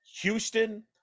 Houston